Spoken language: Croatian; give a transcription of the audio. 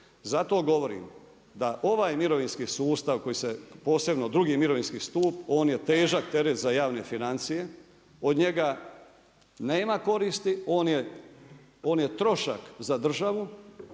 Zato govorim da ovaj mirovinski sustav koji se posebno drugi mirovinski stup on je težak teret za javne financije, od njega nema koristi. On je trošak za državu,